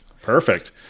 Perfect